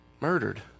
murdered